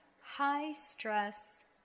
high-stress